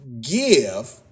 give